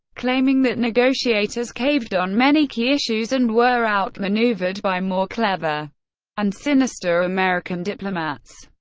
claiming that negotiators caved on many key issues and were outmaneuvered by more clever and sinister american diplomats.